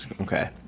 Okay